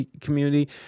community